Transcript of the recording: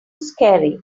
scary